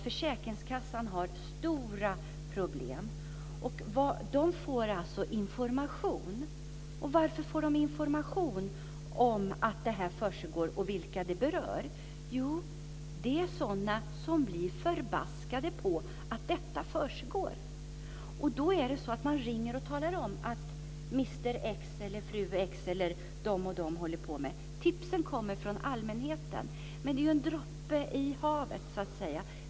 Försäkringskassan har stora problem. Varför får försäkringskassan information om att detta försiggår och om vilka det berör? Jo, de får information av sådana som blir förbaskade på att detta försiggår. De ringer och talar om vad herr X eller fru X håller på med. Tipsen kommer från allmänheten, men de är ju en droppe i havet.